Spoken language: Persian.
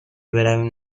برویم